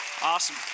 Awesome